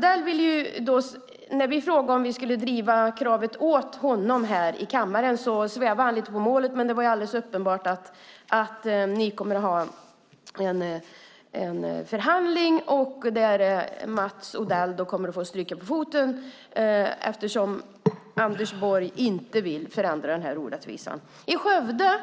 När vi frågade Mats Odell om vi skulle driva kravet åt honom i kammaren svävade han lite på målet, men det var alldeles uppenbart att det blir en förhandling där Mats Odell kommer att få stryka på foten eftersom Anders Borg inte vill förändra den här orättvisan. Skövde